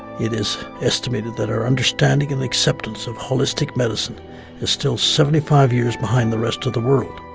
it is estimated that our understanding and acceptance of holistic medicine is still seventy five years behind the rest of the world.